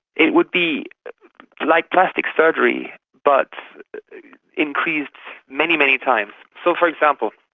it would be like plastic surgery but increased many, many times. so for example